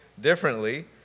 differently